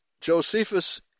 Josephus